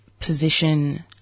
position